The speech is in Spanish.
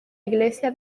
iglesia